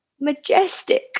majestic